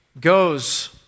goes